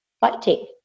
fighting